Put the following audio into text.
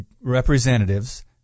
representatives